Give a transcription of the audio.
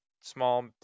small